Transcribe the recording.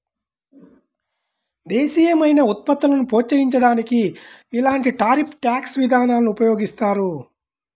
దేశీయమైన ఉత్పత్తులను ప్రోత్సహించడానికి ఇలాంటి టారిఫ్ ట్యాక్స్ విధానాలను ఉపయోగిస్తారు